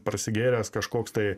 prasigėręs kažkoks tai